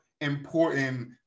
important